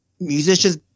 musicians